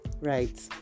Right